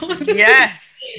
Yes